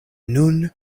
nun